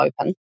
open